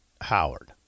Howard